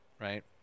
right